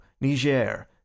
Niger